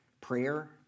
Prayer